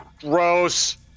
gross